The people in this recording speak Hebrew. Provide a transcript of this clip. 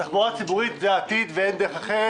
תחבורה ציבורית זה העתיד ואין דרך אחרת.